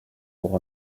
pour